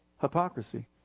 Hypocrisy